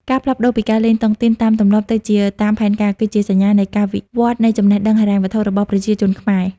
ការផ្លាស់ប្តូរពីការលេងតុងទីន "តាមទម្លាប់" ទៅជា "តាមផែនការ" គឺជាសញ្ញានៃការវិវត្តនៃចំណេះដឹងហិរញ្ញវត្ថុរបស់ប្រជាជនខ្មែរ។